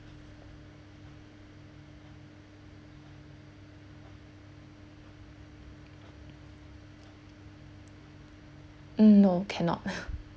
mm no cannot